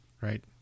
right